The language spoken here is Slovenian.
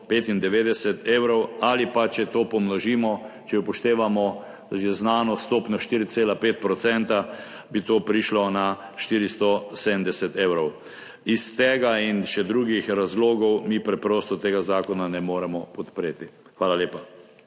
495 evrov ali pa, če to pomnožimo, če upoštevamo že znano stopnjo 4,5 %, bi to prišlo na 470 evrov. Iz tega in še drugih razlogov mi preprosto tega zakona ne moremo podpreti. Hvala lepa.